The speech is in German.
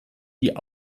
die